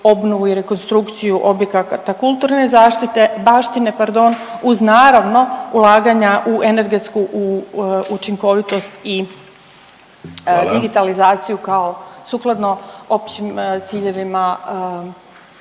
obnovu i rekonstrukciju objekata kulturne zaštite, baštine pardon, uz naravno ulaganja u energetsku učinkovitost i …/Upadica: Hvala./… digitalizaciju kao, sukladno općim ciljevima